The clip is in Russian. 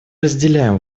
разделяем